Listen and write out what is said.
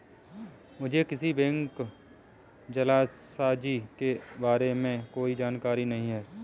मुझें किसी भी बैंक जालसाजी के बारें में कोई जानकारी नहीं है